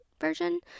version